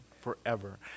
forever